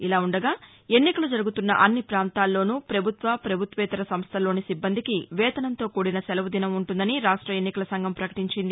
ఇలాఉండగా ఎన్నికలు జరుగుతున్న అన్ని పాంతాల్లోనూ పభుత్వ పభుత్వేతర సంస్థల్లోని సిబ్బందికి వేతనంతో కూడిన శెలవుదినం ఉంటుందని రాష్ట ఎన్నికల సంఘం పకటించింది